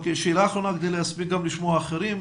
שאלה אחרונה כדי שנוכל להספיק לשמוע אחרים.